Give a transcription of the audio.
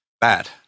bad